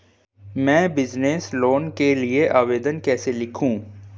मैं business loan के लिए आवेदन कैसे लिखूँ?